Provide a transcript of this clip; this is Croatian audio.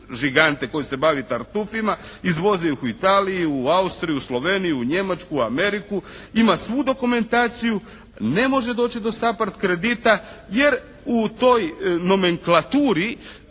koji se bavi tartufima, izvozi ih u Italiju, Austriju, u Sloveniju, u Njemačku, Ameriku. Ima svu dokumentaciju. Ne može doći do SAPARD kredita jer u toj nomenklaturi